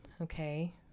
okay